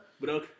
bro